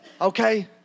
Okay